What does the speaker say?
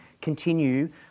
continue